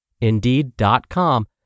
Indeed.com